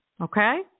Okay